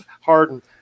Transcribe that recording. Harden